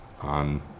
on